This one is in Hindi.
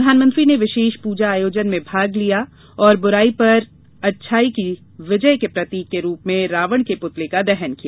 प्रधानमंत्री ने विशेष पूजा आयोजन में भाग लिया और बुराई पर अच्छाई की विजय के प्रतीक रूप में रावण के पुतले का दहन किया